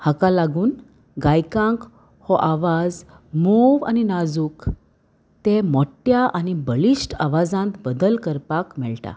हाका लागून गायकांक हो आवाज मोव आनी नाजूक ते मोट्ट्या आनी बलिश्ट आवाजांत बदल करपाक मेळटा